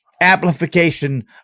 amplification